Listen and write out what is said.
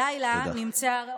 הלילה נמצאו, תודה.